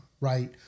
right